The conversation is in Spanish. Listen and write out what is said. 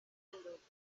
europa